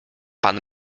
pan